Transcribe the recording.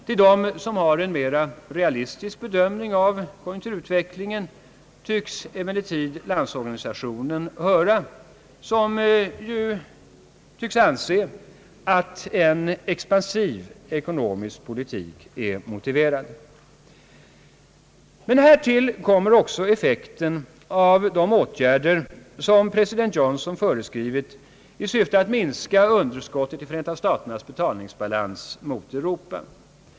Till dem som har en mera realistisk bedömning av konjunkturutvecklingen tycks Landsorganisationen höra, som anser att en expansiv ekonomisk politik är motiverad. Härtill kommer även effekten av de åtgärder som president Johnson har föreskrivit i syfte att minska underskottet i Förenta staternas betalningsbalans gentemot Europa.